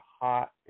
hot